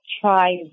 Try